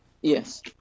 yes